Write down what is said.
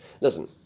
Listen